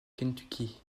kentucky